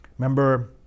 Remember